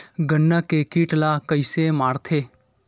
गन्ना के कीट ला कइसे मारथे?